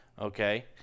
Okay